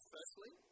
Firstly